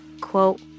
quote